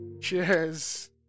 cheers